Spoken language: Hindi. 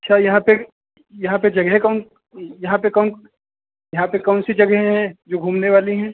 अच्छा यहाँ पर यहाँ पर जगह कौन यहाँ पर कौन यहाँ पर कौन सी जगहें हैं जो घूमने वाली हैं